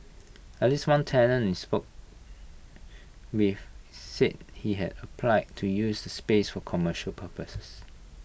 at least one tenant we spoke with said he had applied to use the space for commercial purposes